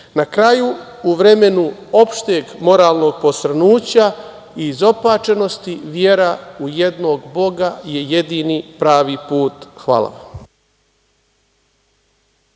kraju, u vremenu opšteg moralnog posrnuća i izopačenosti vera u jednog Boga je jedini pravi put. Hvala.